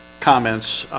comments,